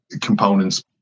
components